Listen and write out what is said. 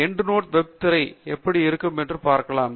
end note web திரை எப்படி இருக்கும் என்று பார்க்கலாம்